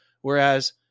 Whereas